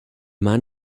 man